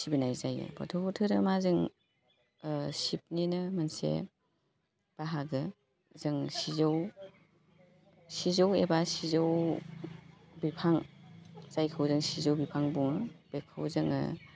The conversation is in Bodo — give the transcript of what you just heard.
सिबिनाय जायो बाथौ धोरोमा जों शिबनिनो मोनसे बाहागो जों सिजौ सिजौ एबा सिजौ बिफां जायखौ जों सिजौ बिफां बुङो बेखौ जोङो